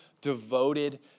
devoted